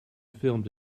filmed